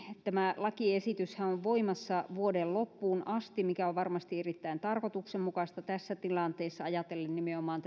tämä lakiesityshän on voimassa vuoden loppuun asti mikä on varmasti erittäin tarkoituksenmukaista tässä tilanteessa ajatellen nimenomaan